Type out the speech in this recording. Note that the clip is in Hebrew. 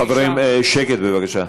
29) חברים, שקט, בבקשה.